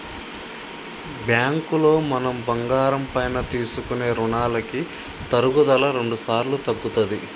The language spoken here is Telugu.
బ్యాంకులో మనం బంగారం పైన తీసుకునే రుణాలకి తరుగుదల రెండుసార్లు తగ్గుతది